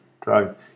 drug